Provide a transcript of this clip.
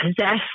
possess